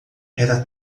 era